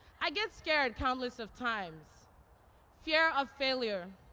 i get scared countless of times fear of failure,